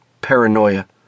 Paranoia